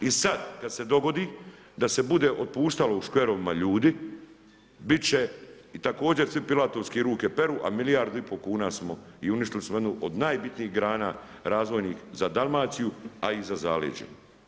I sada kada se dogodi da se bude otpuštalo u škverovima ljudi, biti će i također svi pilatorski ruke peru, a milijardu i pol kuna smo, i uništili smo jednu od najbitnijih grana razvojni za Dalmaciju a i za zaleđe.